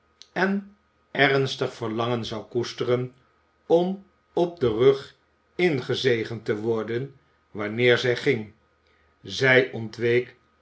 en ernstig verlangen zou koesteren om op den rug ingezegend te worden wanneer zij ging zij